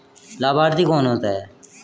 लाभार्थी कौन होता है?